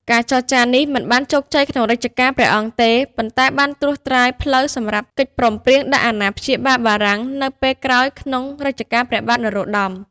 ការចរចានេះមិនបានជោគជ័យក្នុងរជ្ជកាលព្រះអង្គទេ ប៉ុន្តែបានត្រួសត្រាយផ្លូវសម្រាប់កិច្ចព្រមព្រៀងដាក់អាណាព្យាបាលបារាំងនៅពេលក្រោយក្នុងរជ្ជកាលព្រះបាទនរោត្តម។